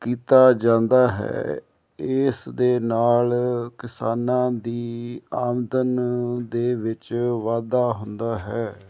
ਕੀਤਾ ਜਾਂਦਾ ਹੈ ਇਸ ਦੇ ਨਾਲ ਕਿਸਾਨਾਂ ਦੀ ਆਮਦਨ ਦੇ ਵਿੱਚ ਵਾਧਾ ਹੁੰਦਾ ਹੈ